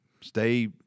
stay